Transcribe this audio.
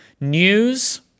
news